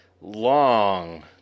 long